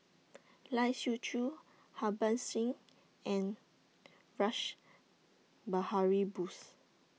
Lai Siu Chiu Harbans Singh and Rash Behari Bose